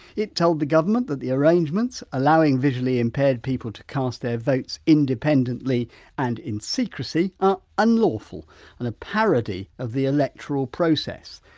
it told the government that the arrangements allowing visually impaired people to cast their votes independently and in secrecy are unlawful and a parody of the electoral process.